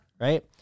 Right